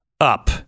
up